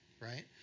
right